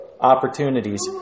opportunities